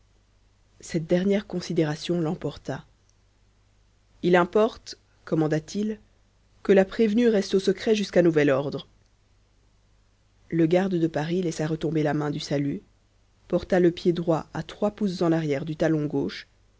cette dernière considération l'emporta il importe commanda-t-il que la prévenue reste au secret jusqu'à nouvel ordre le garde de paris laissa retomber la main du salut porta le pied droit à trois pouces en arrière du talon gauche